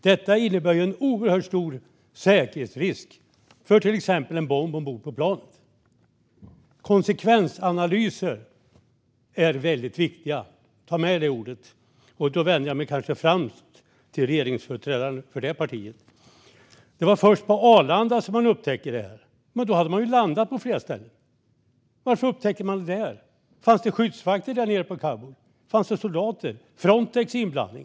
Detta innebär en oerhört stor säkerhetsrisk. Till exempel hade man kunnat ta ombord en bomb på planet. Konsekvensanalyser är väldigt viktiga. Ta med det ordet! Nu vänder jag mig kanske främst till regeringsföreträdare för ett visst parti. Det var först på Arlanda som man upptäckte detta, och då hade man redan hunnit landa på flera ställen. Varför upptäckte man det först där? Fanns det skyddsvakter nere i Kabul? Fanns det soldater? Hur är det med Frontex inblandning?